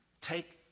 take